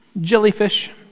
Jellyfish